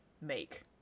make